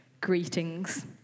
greetings